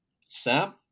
Sam